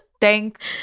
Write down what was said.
thank